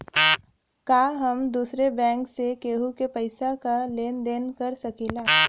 का हम दूसरे बैंक से केहू के पैसा क लेन देन कर सकिला?